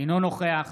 אינו נוכח